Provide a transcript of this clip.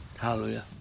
Hallelujah